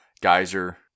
geyser